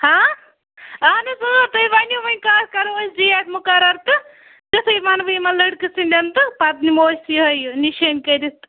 ہاں اہن حَظ تُہۍ ؤنِو ونۍ کٔر کَرو أسۍ ڈیٹ مُقرَر تہٕ تِتھٕے وَنوٕ یِمَن لٔڑکہٕ سٕنٛدین تہٕ پَتہٕ نِمو أسۍ یِہے نِشٲنۍ کٔرِتھ